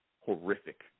horrific